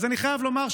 אז אני חייב לומר,